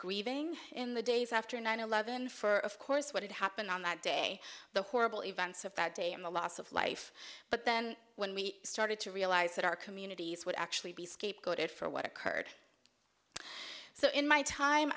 grieving in the days after nine eleven for of course what had happened on that day the horrible events of that day and the loss of life but then when we started to realize that our communities would actually be scapegoated for what occurred so in my time